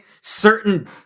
certain